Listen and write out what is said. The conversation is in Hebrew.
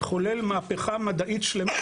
חולל מהפכה מדעית שלמה,